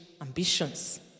ambitions